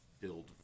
build